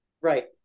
Right